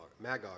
Magog